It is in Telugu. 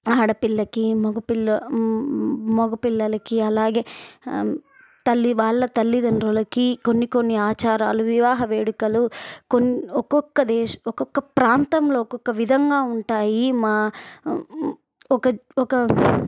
ఆడపిల్లకి మగపిల్ల మగ పిల్లలకి అలాగే తల్లి వాళ్ళ తల్లిదండ్రులకి కొన్ని కొన్ని ఆచారాలు వివాహ వేడుకలు కొన్ ఒక్కొక్క దేశ్ ఒక్కొక్క ప్రాంతంలో ఒక్కొక్క విధంగా ఉంటాయి మా ఒక ఒక